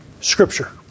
Scripture